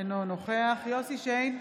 אינו נוכח יוסף שיין,